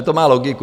To má logiku.